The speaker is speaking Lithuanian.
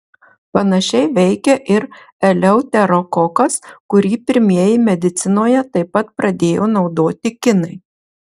panašiai veikia ir eleuterokokas kurį pirmieji medicinoje taip pat pradėjo naudoti kinai